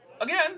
again